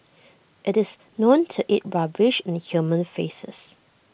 it's known to eat rubbish and human faeces